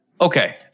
Okay